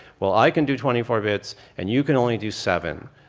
well i can do twenty four bits and you can only do seven,